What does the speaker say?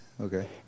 okay